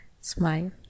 smile